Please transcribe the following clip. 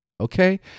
okay